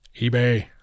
eBay